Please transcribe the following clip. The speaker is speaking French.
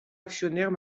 actionnaires